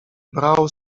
brał